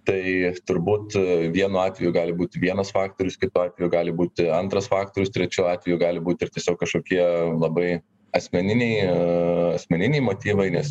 tai turbūt vienu atveju gali būti vienas faktorius kitu atveju gali būti antras faktorius trečiu atveju gali būt ir tiesiog kažkokie labai asmeniniai asmeniniai motyvai nes